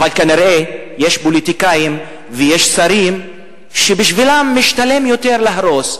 אבל כנראה יש פוליטיקאים ויש שרים שבשבילם משתלם יותר להרוס.